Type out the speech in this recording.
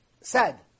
sad